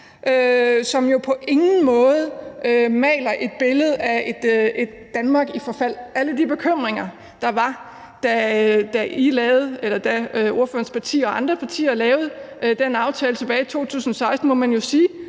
som jo på ingen måde maler et billede af et Danmark i forfald. Alle de bekymringer, der var, da ordførerens parti og andre partier lavede den aftale tilbage i 2016, må man jo sige